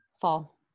Fall